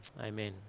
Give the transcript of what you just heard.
Amen